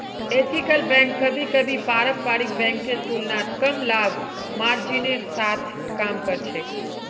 ethical bank कभी कभी पारंपरिक बैंकेर तुलनात कम लाभ मार्जिनेर साथ काम कर छेक